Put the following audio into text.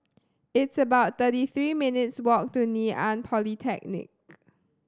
it's about thirty three minutes' walk to Ngee Ann Polytechnic